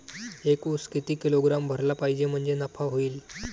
एक उस किती किलोग्रॅम भरला पाहिजे म्हणजे नफा होईन?